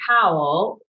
Powell